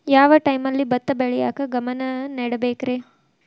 ಯಾವ್ ಟೈಮಲ್ಲಿ ಭತ್ತ ಬೆಳಿಯಾಕ ಗಮನ ನೇಡಬೇಕ್ರೇ?